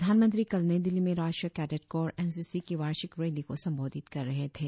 प्रधानमंत्री कल नई दिल्ली में राष्ट्रीय cadet corps N C C की वार्षिक रैली को संबोधित कर रहे थे